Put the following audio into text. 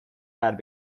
had